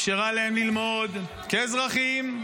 אפשרה להם ללמוד כאזרחים,